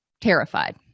terrified